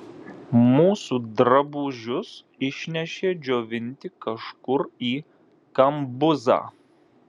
mūsų drabužius išnešė džiovinti kažkur į kambuzą